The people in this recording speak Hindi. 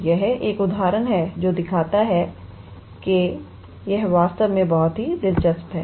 तो यह एक उदाहरण है जो दिखाता है कि यह वास्तव में बहुत दिलचस्प है